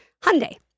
Hyundai